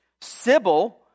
Sybil